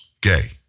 gay